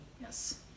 Yes